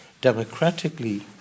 democratically